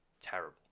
terrible